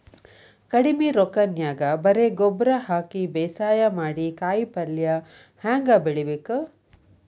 ಕಡಿಮಿ ರೊಕ್ಕನ್ಯಾಗ ಬರೇ ಗೊಬ್ಬರ ಹಾಕಿ ಬೇಸಾಯ ಮಾಡಿ, ಕಾಯಿಪಲ್ಯ ಹ್ಯಾಂಗ್ ಬೆಳಿಬೇಕ್?